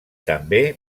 també